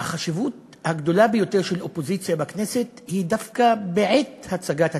החשיבות הגדולה ביותר של אופוזיציה בכנסת היא דווקא בעת הצגת התקציב,